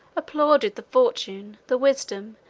applauded the fortune, the wisdom,